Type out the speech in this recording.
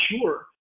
sure